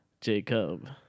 Jacob